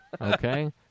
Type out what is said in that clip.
Okay